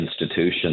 institutions